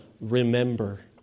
Remember